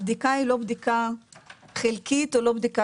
הבדיקה היא לא בדיקה חלקית או לא בדיקה